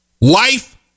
Life